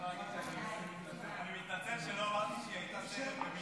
אני מתנצל שלא אמרתי שהיא הייתה סרן, במיל'.